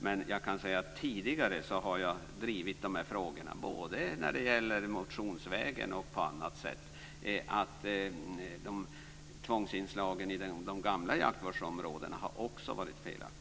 Men jag kan tala om att jag tidigare har drivit dessa frågor, både motionsvägen och på annat sätt, för tvångsinslagen i de gamla jaktvårdsområdena också har varit felaktiga.